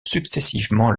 successivement